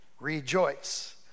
Rejoice